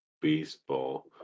baseball